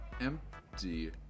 empty